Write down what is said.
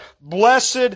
blessed